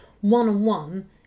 one-on-one